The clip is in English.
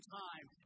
time